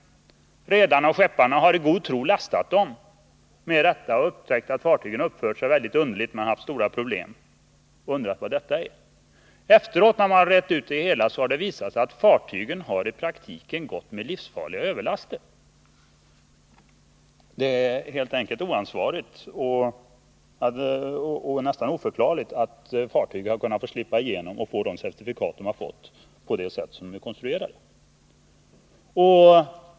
Redarna och skepparna har i god tro lastat dem med sådan last och sedan upptäckt att fartygen uppfört sig väldigt underligt. Man har haft stora problem och undrat vad det berott på. Sedan man utrett det hela har det visat sig att fartygen i praktiken har gått med livsfarliga överlaster. Det är helt enkelt oansvarigt och nästan oförklarligt att dessa fartyg, på det sätt som de är konstruerade, har kunnat slippa igenom kontroller och få de certifikat som de fått.